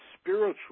spiritual